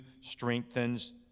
strengthens